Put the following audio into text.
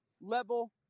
level